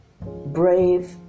brave